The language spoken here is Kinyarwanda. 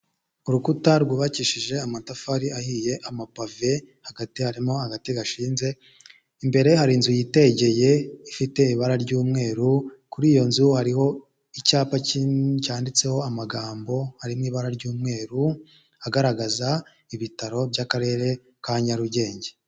Urukuta rwubakishije amatafari ahiye, amapave, hagati harimo agati gashinze, imbere hari inzu yitegeye, ifite ibara ry'umweru, kuri iyo nzu hariho icyapa kinini cyanditseho amagambo hari mu ibara ry'umweru, agaragaza ibitaro by'akarere ka Nyarugenge.